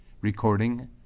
Recording